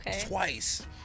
twice